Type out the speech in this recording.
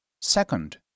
Second